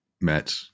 met